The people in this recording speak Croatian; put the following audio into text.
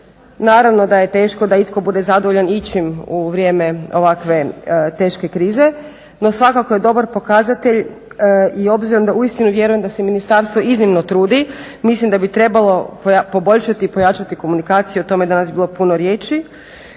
Naravno da je teško da itko bude zadovoljan ičim u vrijeme ovakve teške krize. No svakako je dobar pokazatelj i obzirom da uistinu vjerujem da se ministarstvo iznimno trudi mislim da bi trebalo poboljšati i pojačati komunikaciju, o tome je danas bilo puno riječi.